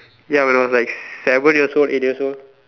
ya when I was like seven years old eight years old